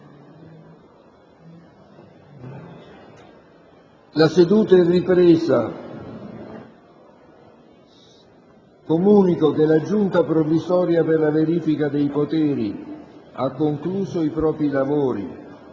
alle ore 10,56).* Comunico che la Giunta provvisoria per la verifica dei poteri ha concluso i propri lavori.